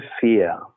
fear